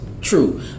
True